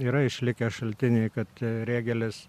yra išlikę šaltiniai kad